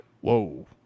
whoa